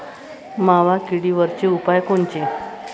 मावा किडीवरचे उपाव कोनचे?